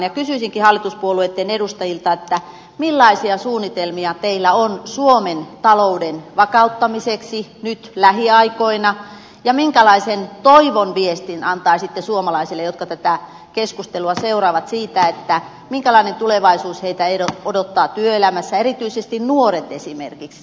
kysyisinkin hallituspuolueitten edustajilta millaisia suunnitelmia teillä on suomen talouden vakauttamiseksi nyt lähiaikoina ja minkälaisen toivon viestin antaisitte suomalaisille jotka tätä keskustelua seuraavat siitä minkälainen tulevaisuus heitä odottaa työelämässä erityisesti nuoria esimerkiksi